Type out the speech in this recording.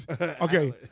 Okay